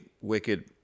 wicked